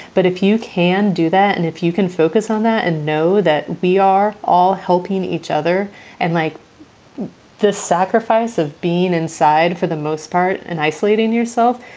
but if you can do that and if you can focus on that and know that we are all helping each other and make like the sacrifice of being inside for the most part and isolating yourself,